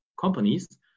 companies